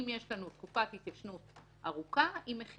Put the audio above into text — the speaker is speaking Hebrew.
אם יש לנו תקופת התיישנות ארוכה,